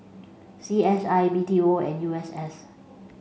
C S I B T O and U S S